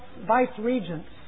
vice-regents